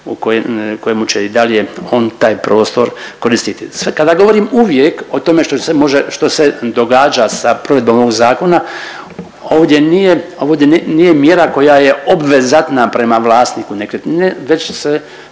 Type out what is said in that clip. u kojemu će i dalje on taj prostor koristiti. Kada govorim uvijek o tome što se može, što se događa sa provedbom ovog zakona ovdje nije mjera koje je obvezatna prema vlasniku